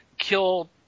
Kill